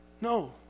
No